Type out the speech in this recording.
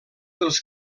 dels